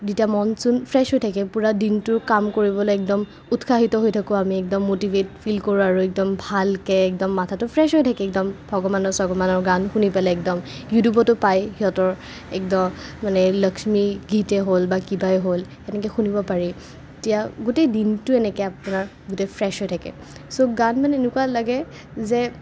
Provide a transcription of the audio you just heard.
যেতিয়া মন চন ফ্ৰেচ হৈ থাকে পূৰা দিনটো কাম কৰিবলৈ একদম উৎসাহিত হৈ থাকোঁ আমি একদম ম'টিভেট ফীল কৰো আৰু আৰু একদম ভালকে একদম মাথাটো ফ্ৰেচ হৈ থাকে একদম ভগৱানৰ চগৱানৰ গান শুনিবলৈ একদম ইউটিউবতো পাই সিহঁতৰ মানে লক্ষ্মী গীতেই হ'ল বা কিবাই হ'ল সেনেকে শুনিব পাৰি তেতিয়া গোটেই দিনটো এনেকে আপোনাৰ ফ্ৰেচ হৈ থাকে চব গান মানে এনেকুৱা লাগে যে